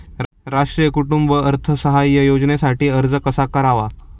राष्ट्रीय कुटुंब अर्थसहाय्य योजनेसाठी अर्ज कसा करावा?